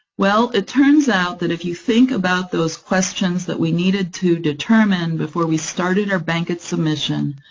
well, it turns out that if you think about those questions that we needed to determine before we started our bankit submission,